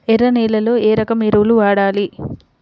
ఎర్ర నేలలో ఏ రకం ఎరువులు వాడాలి?